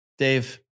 dave